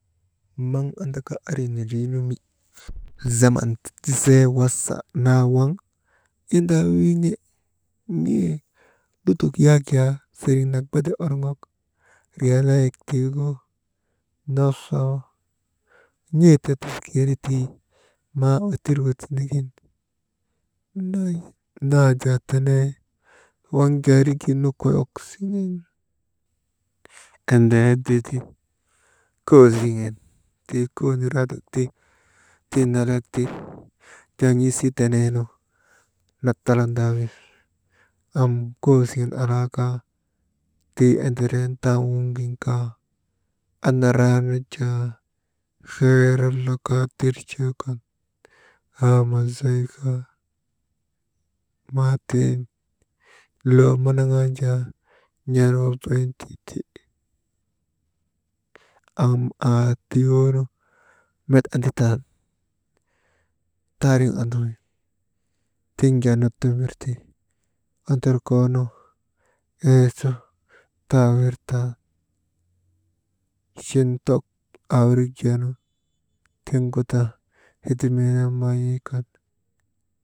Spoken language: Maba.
Maŋ andaka andri nindrin mi zaman tijee wasa naa waŋ inda wiin̰e n̰e lutok yak jaa siriŋ nak bada orŋok riyaalayek tii gu nohoo n̰eeta tiskiiri tii, maa wetirgu tindigin n̰aa jaa tenee, waŋ jaarigin koyok siŋen kaŋgu yadi koosiŋen tii konirandak ti, tiv nelek ti, wisi tineenu, nattalandaa wi, am kosiŋen alaakaa, tii enderen tan wuŋin kaa anaraa nu jaa here kaa tirchee kan aamat zayka maa ti loo manaŋaanu jaa, n̰an wabayintee, ti am aa tiwir met anditan, taariŋ anduy tiŋ jaa nutimirti, ondorkoonu, taa wir tan, chintok aa wirik jee tiŋgu ta hedimee yakmaan̰ii kaa.